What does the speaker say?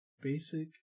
Basic